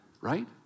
right